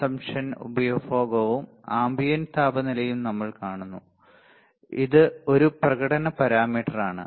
consumption ഉപഭോഗവും ambient താപനിലയും നമ്മൾ കാണുന്നു ഇത് ഒരു പ്രകടന പാരാമീറ്ററാണ്